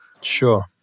sure